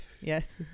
yes